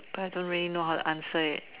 but I don't really know how to answer it